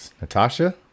Natasha